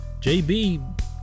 JB